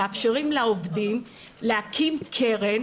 מאפשרים לעובדים להקים קרן,